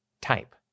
Type